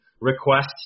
request